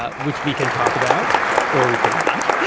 ah which we can talk about or we could not